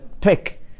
pick